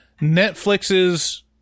Netflix's